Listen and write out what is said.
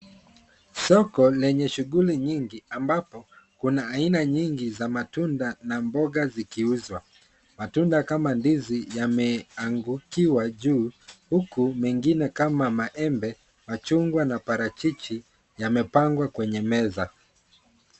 Soko lenye shughuli nyingi ambapo kuna aina nyingi za matunda na mboga zikiuzwa. Matunda kama ndizi yameangukiwa huku mengine kama maembe, machungwa pamoja na parachichi yamepangwa kwenye meza.